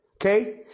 okay